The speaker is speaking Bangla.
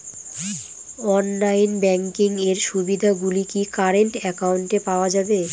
অনলাইন ব্যাংকিং এর সুবিধে গুলি কি কারেন্ট অ্যাকাউন্টে পাওয়া যাবে?